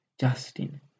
Justin